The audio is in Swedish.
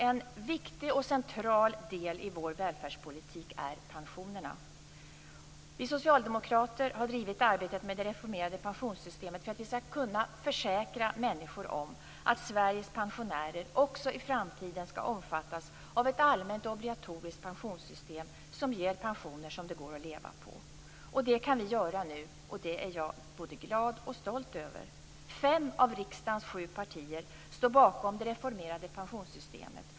En viktig och central del i vår välfärdspolitik är pensionerna. Vi socialdemokrater har drivit arbetet med det reformerade pensionssystemet för att vi skall kunna försäkra människor om att Sveriges pensionärer också i framtiden skall omfattas av ett allmänt och obligatoriskt pensionssystem som ger pensioner som det går att leva på. Det kan vi göra nu, och det är jag både glad och stolt över. Fem av riksdagens sju partier står bakom det reformerade pensionssystemet.